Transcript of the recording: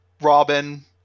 Robin